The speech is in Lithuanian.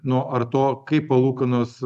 nuo ar to kaip palūkanos